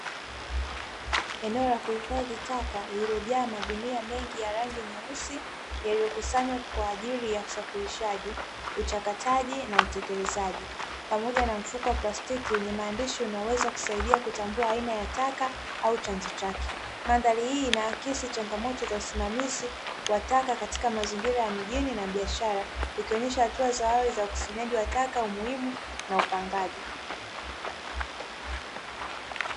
Eneo la kukusanyia taka lililojaa na magunia mengi ya rangi nyeusi yaliyokusanywa kwa ajili ya usafirishaji uchakataji na, uteketezaji, pamoja na mfuko wa plasitiki wenye maandishi unaweza kusaidia kutambua ni aina gani ya taka au chanzo chake , Mandhari hii inaakisi changamoto ya usimamizi wa taka katika mazingira ya na biashara ikionyesha hatua za awali za ukusanyaji wa taka umuhimu na upangaji.